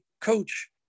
coach